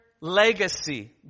legacy